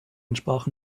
entsprach